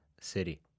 city